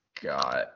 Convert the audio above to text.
got